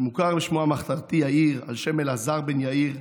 שמוכר בשמו המחתרתי יאיר על שם אלעזר בן יאיר,